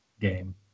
game